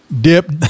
Dip